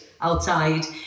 outside